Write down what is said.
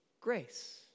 grace